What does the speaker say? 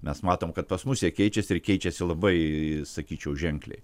mes matom kad pas mus jie keičiasi ir keičiasi labai sakyčiau ženkliai